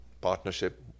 partnership